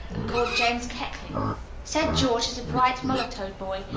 and called james keckley said george is a bright mulatto boy,